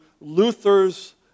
Luther's